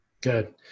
Good